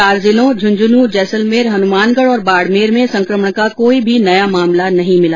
चार जिलों झुंझुनूं जैसलमेर हनुमानगढ़ और बाड़मेर में संकमण का कोई भी नया मामला नहीं मिला